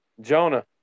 Jonah